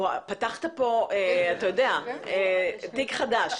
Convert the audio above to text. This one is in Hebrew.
פתחת פה, אתה יודע, תיק חדש.